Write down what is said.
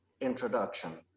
introduction